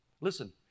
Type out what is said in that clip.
Listen